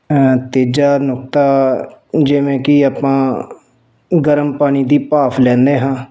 ਅਤੇ ਤੀਜਾ ਨੁਕਤਾ ਜਿਵੇਂ ਕਿ ਆਪਾਂ ਗਰਮ ਪਾਣੀ ਦੀ ਭਾਫ਼ ਲੈਂਦੇ ਹਾਂ